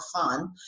fun